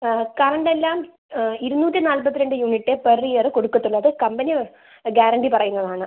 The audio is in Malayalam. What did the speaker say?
ആ കറണ്ട് എല്ലാം ഇരുന്നൂറ്റി നാൽപ്പത്തി രണ്ട് യൂണിറ്റ് പെർ ഇയറ് കൊടുക്കത്തുള്ളു അത് കമ്പനി ഗ്യാരണ്ടി പറയുന്നതാണ്